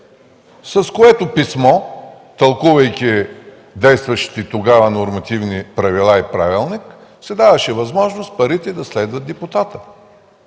С това писмо, тълкувайки действащите тогава нормативни правила и правилник, се даваше възможност парите да следват депутата.